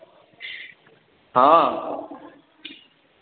हँ